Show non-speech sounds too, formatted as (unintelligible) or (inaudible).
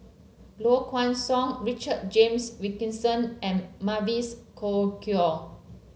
Low Kway Song Richard James Wilkinson and Mavis Khoo (unintelligible)